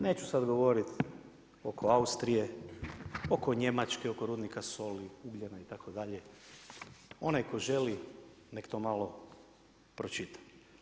Neću sada govoriti oko Austrije, oko Njemačke, oko rudnika soli, ugljena itd. onaj ko želi nek to malo pročita.